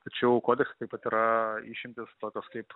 tačiau kodekse taip pat yra išimtys tokios kaip